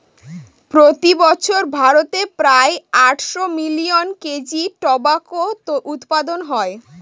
প্রতি বছর ভারতে প্রায় আটশো মিলিয়ন কেজি টোবাকো উৎপাদন হয়